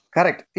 Correct